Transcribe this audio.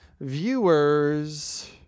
viewers